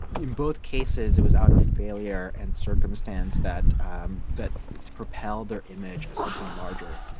in both cases, it was out of failure and circumstance that um that propelled their image as something larger.